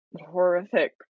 horrific